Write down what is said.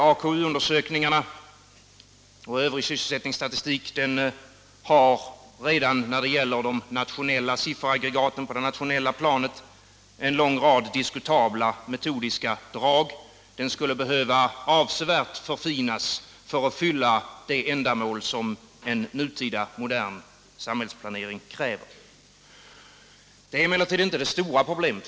AKU-undersökningarna och övrig sysselsättningsstatistik har redan när det gäller sifferaggregaten på det nationella planet en lång rad diskutabla metodiska drag. Metoderna skulle behöva förfinas avsevärt för att fylla de ändamål som en nutida, modern samhällsplanering kräver. Detta är emellertid inte det stora problemet.